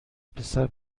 پسر